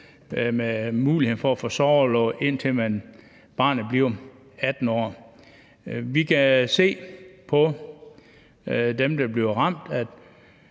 er mulighed for at få sorgorlov, indtil barnet bliver 18 år. Vi kan se på dem, der bliver ramt,